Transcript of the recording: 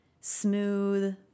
smooth